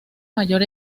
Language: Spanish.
mayor